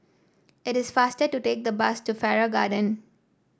it is faster to take the bus to Farrer Garden